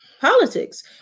politics